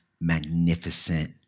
magnificent